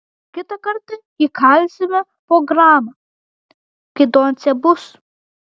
kitą kartą įkalsime po gramą kai doncė bus